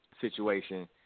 situation